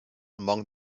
among